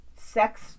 sex